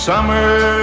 Summer